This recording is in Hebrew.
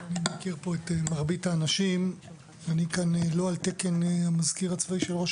אני מכיר פה את מרבית האנשים ואני לא על תקן המזכיר הצבאי של ראש